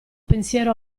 pensiero